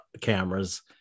cameras